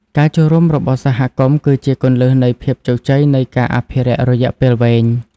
ការចូលរួមរបស់សហគមន៍គឺជាគន្លឹះនៃភាពជោគជ័យនៃការអភិរក្សរយៈពេលវែង។